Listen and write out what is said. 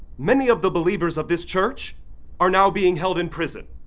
many of the believers of this church are now being held in prison,